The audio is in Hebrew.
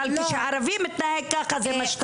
אבל כשערבי מתנהג ככה זה משת"פ.